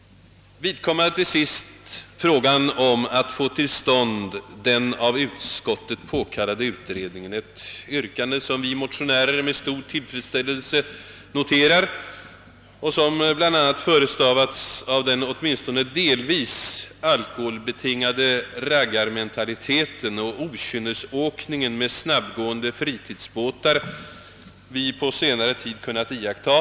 Till sist vill jag beröra frågan om att få till stånd den av utskottet påkallade utredningen, ett krav som vi motionärer med stor tillfredsställelse noterar, eftersom . detta överensstämmer med vårt yrkande. Denna utskottets ståndpunkt har bla. föranletts av den åtminstone delvis alkoholbetingade raggarmentalitet och okynnesåkning med snabbgående fritidsbåtar, som kunnat iakttagas på senare tid.